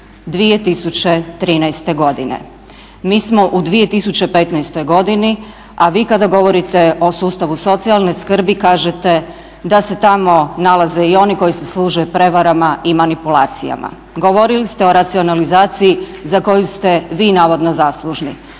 2013.godine. mi smo u 2015.godini, a vi kada govorite o sustavu socijalne skrbi kažete da se tamo nalaze i oni koji se služe i prevarama i manipulacijama. Govorili ste o racionalizaciji za koju ste vi navodno zaslužni,